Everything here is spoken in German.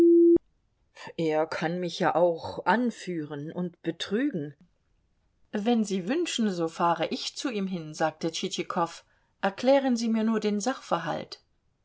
er kann mich ja auch anführen und betrügen wenn sie wünschen so fahre ich zu ihm hin sagte tschitschikow erklären sie mir nur den sachverhalt